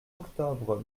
octobre